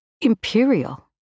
imperial